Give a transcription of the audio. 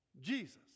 Jesus